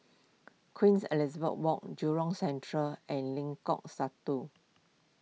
Queen Elizabeth Walk Jurong Central and Lengkong Satu